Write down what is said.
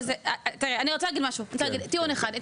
אני רוצה להגיד טיעון אחד.